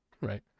right